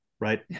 right